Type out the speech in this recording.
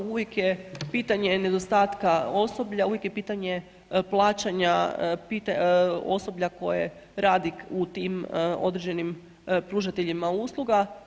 Uvijek je pitanje nedostatka osoblja, uvijek je pitanje plaćanja osoblja koje radi u time određenim pružateljima usluga.